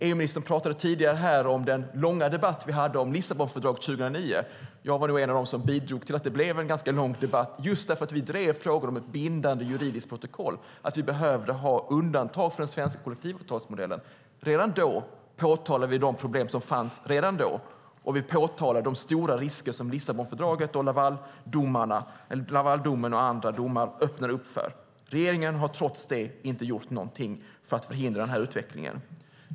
EU-ministern pratade tidigare om den långa debatt vi hade om Lissabonfördraget 2009. Jag var nog en av dem som bidrog till att det blev en ganska lång debatt just därför att vi drev frågor om ett bindande juridiskt protokoll, att vi behövde ha undantag för den svenska kollektivavtalsmodellen. Redan då påtalade vi de problem som fanns, och vi påtalade de stora risker som Lissabonfördraget, Lavaldomen och andra domar öppnade upp för. Regeringen har trots det inte gjort någonting för att förhindra den här utvecklingen.